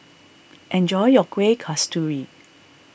enjoy your Kueh Kasturi